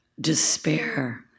despair